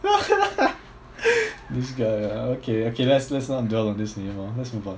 this guy ah okay okay let's let's not dwell on this anymore let's move on